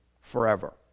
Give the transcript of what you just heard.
forever